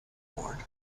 ward